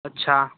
અચ્છા